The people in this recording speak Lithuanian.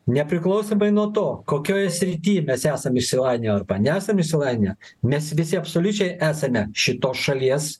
nepriklausomai nuo to kokioje srity mes esam išsilavinę arba nesam išsilavinę mes visi absoliučiai esame šitos šalies